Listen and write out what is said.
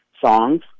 songs